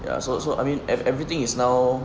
ya so so I mean ev~ everything is now